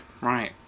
right